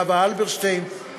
חוה אלברשטיין,